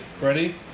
Ready